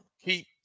keep